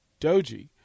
Doji